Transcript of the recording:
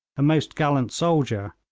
a most gallant soldier,